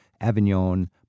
Avignon